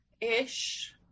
ish